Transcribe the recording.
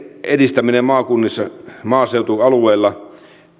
edistämisen maakunnissa maaseutualueilla